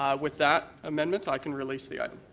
um with that amendment, i can release the item.